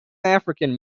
african